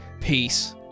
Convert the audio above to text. Peace